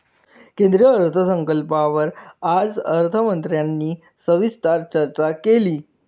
केंद्रीय अर्थसंकल्पावर आज अर्थमंत्र्यांनी सविस्तर चर्चा केली